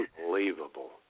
Unbelievable